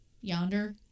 yonder